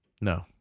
No